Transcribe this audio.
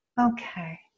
okay